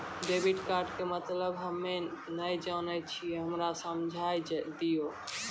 Debit card के मतलब हम्मे नैय जानै छौ हमरा समझाय दियौ?